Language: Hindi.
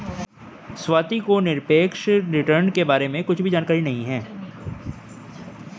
स्वाति को निरपेक्ष रिटर्न के बारे में कुछ भी जानकारी नहीं है